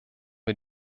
wir